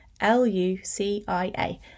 l-u-c-i-a